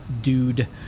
dude